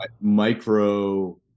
micro